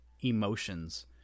emotions